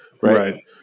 right